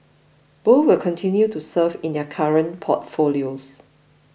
both will continue to serve in their current portfolios